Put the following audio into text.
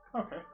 Okay